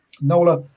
Nola